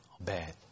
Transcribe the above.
bad